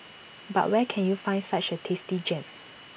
but where can you find such A tasty gem